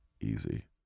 easy